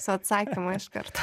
su atsakymu iš karto